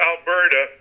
Alberta